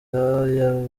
ararira